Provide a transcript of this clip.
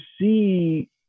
see